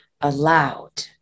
allowed